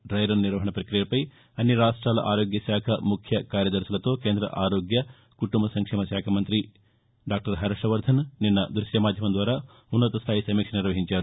die run నిర్వహణ ప్రక్రియపై అన్ని రాష్టాల ఆరోగ్య శాఖ ముఖ్య కార్యదర్భులతో కేంద్ర ఆరోగ్య కుటుంబ సంక్షేమశాఖ మంత్రి హర్షవర్దన్ నిన్న దృశ్యమాధ్యమం ద్వారా ఉన్నత స్టాయి సమీక్ష నిర్వహించారు